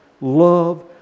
love